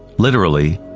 literally,